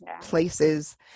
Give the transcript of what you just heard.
places